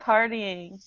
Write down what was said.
Partying